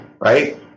Right